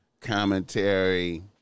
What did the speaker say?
commentary